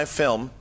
film